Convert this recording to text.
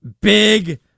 Big